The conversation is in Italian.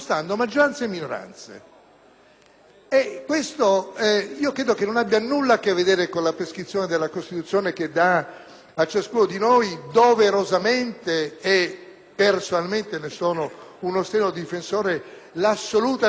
Credo che ciò non abbia nulla a che vedere con la prescrizione della Costituzione che dà a ciascuno di noi doverosamente - e personalmente ne sono uno strenuo difensore - l'assoluta libertà di mandato, che si estrinseca